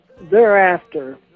Thereafter